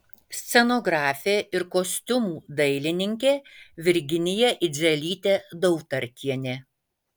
scenografė ir kostiumų dailininkė virginija idzelytė dautartienė